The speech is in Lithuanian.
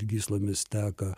gyslomis teka